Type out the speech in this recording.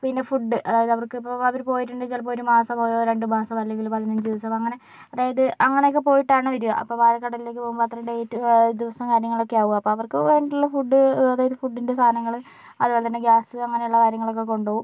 പിന്നെ ഫുഡ് അതായത് അവർക്ക് ഇപ്പോൾ അവര് പോയിട്ടുണ്ടെങ്കിൽ ഒരു മാസം രണ്ടു മാസം അല്ലെങ്കിൽ പതിനഞ്ച് ദിവസം അങ്ങനെ അതായത് അങ്ങനെ പോയിട്ടാണ് വരിക അപ്പോൾ ആഴക്കടലിലേക്ക് പോകുമ്പോൾ അത്രയും ഡേറ്റ് ദിവസവും കാര്യങ്ങളും ഒക്കെ ആകും അപ്പോൾ അവർക്ക് വേണ്ടിയുള്ള ഫുഡ് അതായത് ഫുഡിൻ്റെ സാധനങ്ങൾ അതുപോലെതന്നെ ഗ്യാസ് അങ്ങനെയുള്ള കാര്യങ്ങളൊക്കെ കൊണ്ടുപോകും